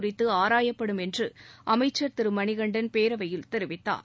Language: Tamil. குறித்து ஆராயப்படும் என்று அமைச்சர் திரு மணிகண்டன் பேரவையில் தெரிவித்தார்